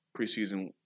preseason